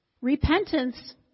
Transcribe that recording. Repentance